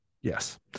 Yes